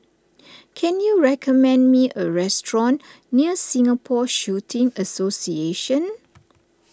can you recommend me a restaurant near Singapore Shooting Association